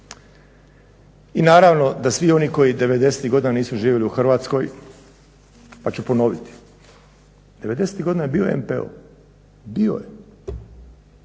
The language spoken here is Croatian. I naravno da svi oni koji devedesetih godina nisu živjeli u Hrvatskoj, pa ću ponoviti. Devedesetih godina je bio MPO, bio je